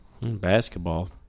Basketball